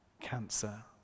cancer